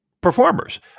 performers